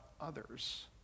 others